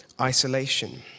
isolation